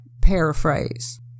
paraphrase